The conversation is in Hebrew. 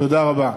תודה רבה.